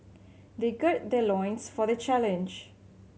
they gird their loins for the challenge